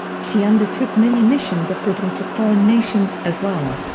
she undertook many missions of goodwill to foreign nations as well.